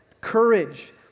courage